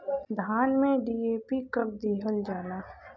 धान में डी.ए.पी कब दिहल जाला?